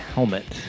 Helmet